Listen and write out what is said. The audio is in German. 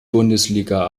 bundesliga